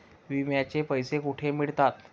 विम्याचे पैसे कुठे मिळतात?